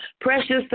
precious